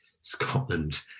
Scotland